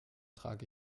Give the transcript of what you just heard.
trage